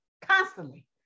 constantly